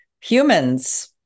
humans